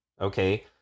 okay